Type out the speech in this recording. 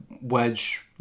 wedge